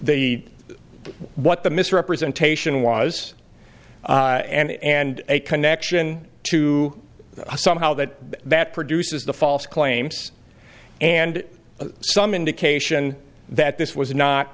the what the misrepresentation was and and a connection to somehow that that produces the false claims and some indication that this was not